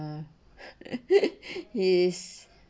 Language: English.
um is